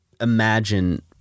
imagine